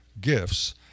gifts